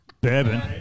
Bourbon